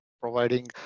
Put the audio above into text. providing